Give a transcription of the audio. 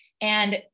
And-